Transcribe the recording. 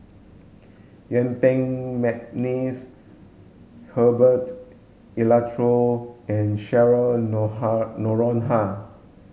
Yuen Peng McNeice Herbert Eleuterio and Cheryl Noronha